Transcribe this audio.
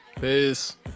Peace